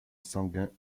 sanguin